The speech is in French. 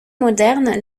modernes